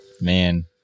man